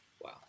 wow